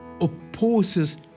opposes